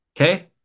okay